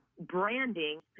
branding